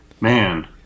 man